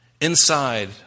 inside